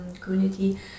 community